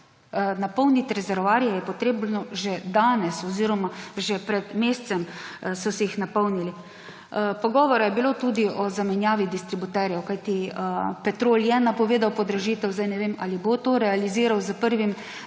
Napolniti rezervoarje je treba že danes oziroma že pred mesecem so si jih napolnili. Govora je bilo tudi o zamenjavi distributerjev, kajti Petrol je napovedal podražitev. Sedaj ne vem, ali bo to realiziral s 1.